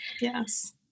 yes